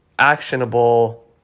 actionable